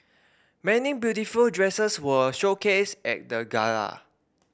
many beautiful dresses were showcased at the gala